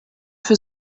für